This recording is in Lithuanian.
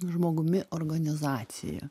žmogumi organizacija